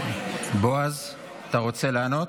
בועז, אתה רוצה לענות?